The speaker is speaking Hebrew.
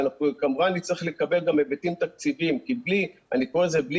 שאנחנו כמובן נצטרך לקבל גם היבטים תקציביים כי בלי מעטפת